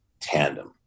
tandem